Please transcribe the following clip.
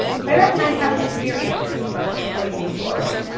so i recommend having a clear answer to this question before you move forward.